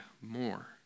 more